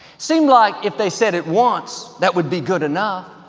seemed like if they said it once, that would be good enough.